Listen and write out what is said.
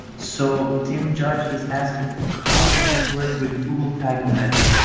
so tim judge is asking, how does this work with google tag manager?